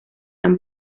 han